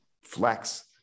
Flex